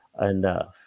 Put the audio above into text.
enough